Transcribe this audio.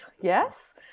Yes